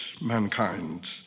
mankind